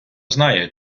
знає